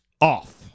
off